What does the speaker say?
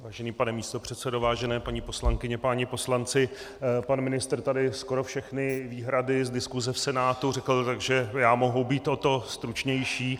Vážený pane místopředsedo, vážené paní poslankyně, páni poslanci, pan ministr tady skoro všechny výhrady z diskuse v Senátu řekl, takže já mohu být o to stručnější.